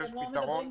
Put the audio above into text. ואתם לא מדברים עליה.